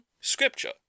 scripture